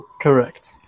correct